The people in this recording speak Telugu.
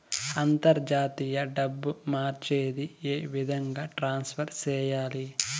అంతర్జాతీయ డబ్బు మార్చేది? ఏ విధంగా ట్రాన్స్ఫర్ సేయాలి?